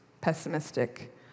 pessimistic